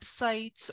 websites